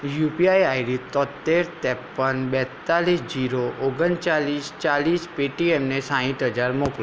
UPI ID તોંતેર ત્રેપન બેતાળીસ ઝીરો ઓગણચાલીસ ચાલીસ પેટીએમને સાઠ હજાર મોકલો